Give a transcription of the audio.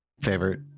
favorite